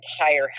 entire